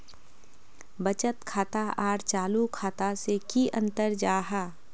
बचत खाता आर चालू खाता से की अंतर जाहा?